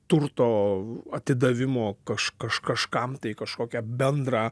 turto atidavimo kaž kaž kažkam tai į kažkokią bendrą